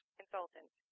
consultant